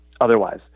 otherwise